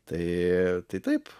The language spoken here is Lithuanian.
tai tai taip